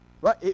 right